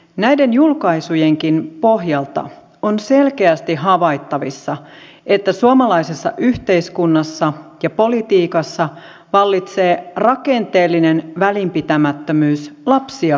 näiden julkaisujenkin pohjalta on selkeästi havaittavissa että suomalaisessa yhteiskunnassa ja politiikassa vallitsee rakenteellinen välipitämättömyys lapsia kohtaan